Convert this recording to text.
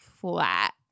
flat